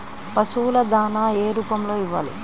పశువుల దాణా ఏ రూపంలో ఇవ్వాలి?